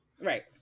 Right